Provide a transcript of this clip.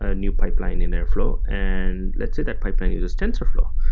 ah new pipeline in airflow and let's say that pipeline uses tensorflow.